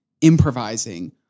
improvising